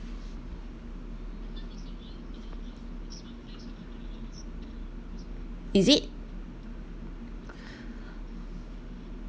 is it